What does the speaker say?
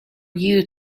you